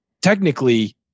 technically